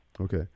Okay